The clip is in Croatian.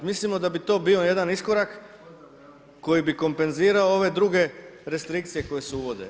Mislimo da bi to bio jedan iskorak koji bi kompenzirao ove druge restrikcije koje se uvode.